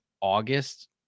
august